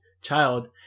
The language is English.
child